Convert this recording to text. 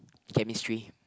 chemistry